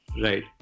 right